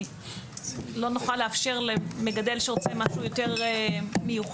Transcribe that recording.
לא נוכל לאפשר למגדל שרוצה משהו יותר מיוחד.